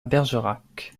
bergerac